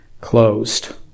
closed